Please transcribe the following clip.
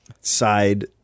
side